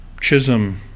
Chisholm